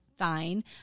Fine